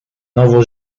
nowo